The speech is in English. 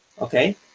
okay